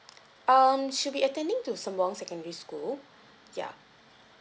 um she'll be attending to sembawang secondary school ya